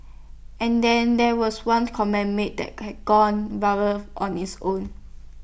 and then there was one comment made that has gone viral on its own